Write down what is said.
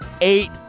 eight